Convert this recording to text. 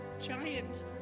giant